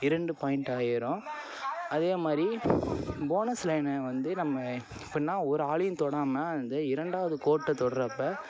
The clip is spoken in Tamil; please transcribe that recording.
இரண்டு பாய்ண்ட் ஆகிரும் அதே மாதிரி போனஸ் லைன்னு வந்து நம்ம எப்படினா ஒரு ஆளையும் தொடாமல் வந்து இரண்டாவது கோட்டை தொடுறப்ப